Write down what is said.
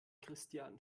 christian